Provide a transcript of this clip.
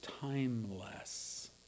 timeless